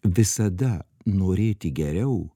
visada norėti geriau